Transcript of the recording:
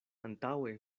antaŭe